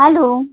hello